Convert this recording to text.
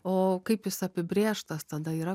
o kaip jis apibrėžtas tada yra